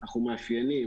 אנחנו מאפיינים